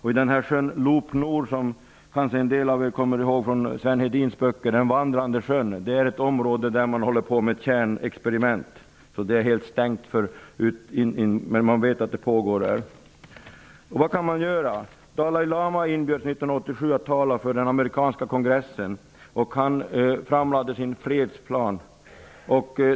I området kring sjön Lop-nor, ''den vandrande sjön'', som en del av er kanske kommer ihåg från Sven Hedins böcker, håller man nu på med kärnexperiment. Området är helt avstängt för omvärlden, men man vet vad som pågår där. Vad kan man göra? Dalai Lama inbjöds 1987 att tala för den amerikanska kongressen. Han framlade sin fredsplan.